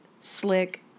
slick